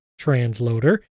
Transloader